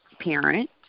parent